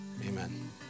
Amen